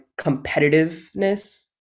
competitiveness